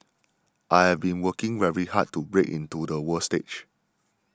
I have been working very hard to break into the world stage